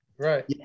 Right